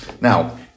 Now